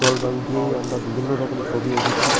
জল রঙ দিয়েই আমরা বিভিন্ন রকম ছবি এঁকেছি